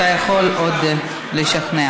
אתה יכול עוד לשכנע.